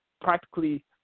practically